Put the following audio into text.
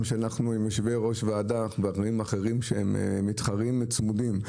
אנחנו עם יושבי ראש ועדה והדברים האחרים שהם מתחרים צמודים,